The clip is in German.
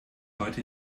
heute